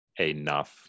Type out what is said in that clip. enough